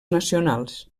nacionals